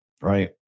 Right